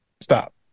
stop